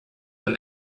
them